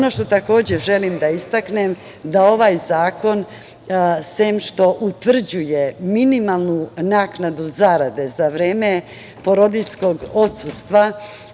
što takođe želim da istaknem jeste da ovaj zakon, sem što utvrđuje minimalnu naknadu zarade za vreme porodiljskog odsustva